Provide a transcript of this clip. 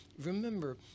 remember